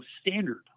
standard